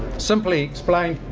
simply explained,